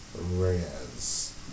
Reyes